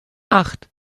acht